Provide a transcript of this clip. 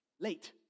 late